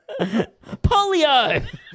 Polio